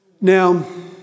Now